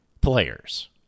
players